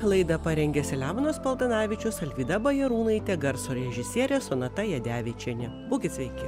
laidą parengė selemonas paltanavičius alvyda bajarūnaitė garso režisierė sonata jadevičienė būkit sveiki